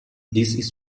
this